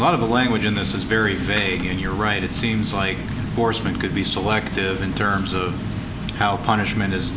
lot of the language in this is very vague and you're right it seems like horsemen could be selective in terms of how punishment is